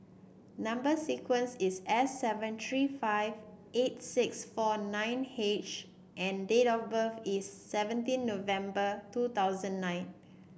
number sequence is S seven three five eight six four nine H and date of birth is seventeen November two thousand nine